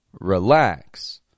relax